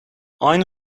aynı